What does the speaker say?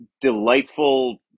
delightful